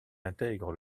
intègre